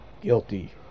guilty